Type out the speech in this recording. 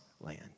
land